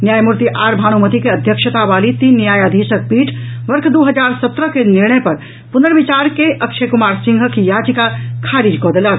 न्यायमूर्ति आर भानूमति के अध्यक्षता वाली तीन न्यायाधीशक पीठ वर्ष दू हजार सत्रह के निर्णय पर पुनर्विचार के अक्षय कुमार सिंहक याचिका खारिज कऽ देलक